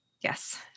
Yes